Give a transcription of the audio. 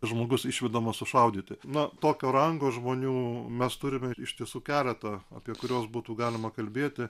žmogus išvedamas sušaudyti na tokio rango žmonių mes turime iš tiesų keletą apie kuriuos būtų galima kalbėti